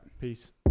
Peace